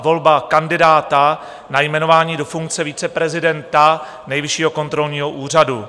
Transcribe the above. Návrh na volbu kandidáta na jmenování do funkce viceprezidenta Nejvyššího kontrolního úřadu